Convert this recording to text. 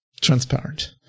transparent